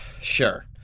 Sure